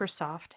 Microsoft